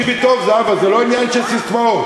תקשיבי טוב, זהבה, זה לא עניין של ססמאות.